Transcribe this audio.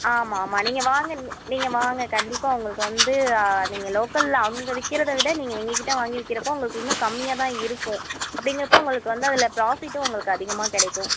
ஆமாம் ஆமாம் நீங்கள் வாங்க நீங்கள் வாங்க கண்டிப்பாக உங்களுக்கு வந்து நீங்கள் லோக்கல்ல அங்கே விற்கிறத விட நீங்கள் எங்ககிட்ட வாங்கி விற்கிறப்ப உங்களுக்கு இன்னும் கம்மியாகதான் இருக்கும் அப்படிங்கிறப்ப உங்களுக்கு வந்து அதில் ப்ராஃபிட்டும் உங்களுக்கு அதிகமாக கிடைக்கும்